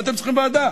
למה אתם צריכים ועדה?